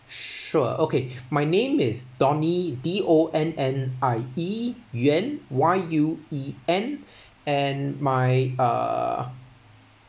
sure okay my name is donny D O N N I E yuen Y U E N and my uh